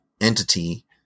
entity